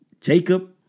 Jacob